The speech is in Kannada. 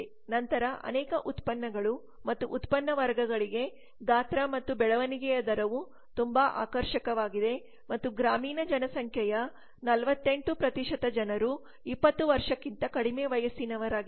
ನಂತರ ಅನೇಕ ಉತ್ಪನ್ನಗಳು ಮತ್ತು ಉತ್ಪನ್ನ ವರ್ಗಗಳಿಗೆ ಗಾತ್ರ ಮತ್ತು ಬೆಳವಣಿಗೆಯ ದರವು ತುಂಬಾ ಆಕರ್ಷಕವಾಗಿದೆ ಮತ್ತು ಗ್ರಾಮೀಣ ಜನಸಂಖ್ಯೆಯ 48 ಜನರು 20 ವರ್ಷಕ್ಕಿಂತ ಕಡಿಮೆ ವಯಸ್ಸಿನವರಾಗಿದ್ದಾರೆ